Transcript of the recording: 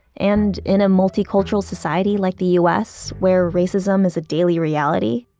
and in a multicultural society like the u s, where racism is a daily reality,